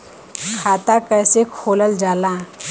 खाता कैसे खोलल जाला?